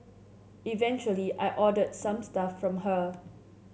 eventually I ordered some stuff from her